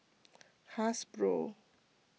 Hasbro